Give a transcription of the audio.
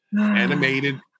animated